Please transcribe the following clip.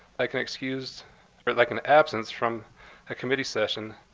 like an excused or like an absence from a committee session,